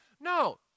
No